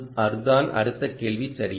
அதுதான் அடுத்த கேள்வி சரியா